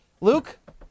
Luke